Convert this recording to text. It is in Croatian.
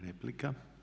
Replika.